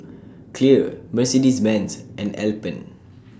Clear Mercedes Benz and Alpen